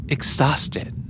Exhausted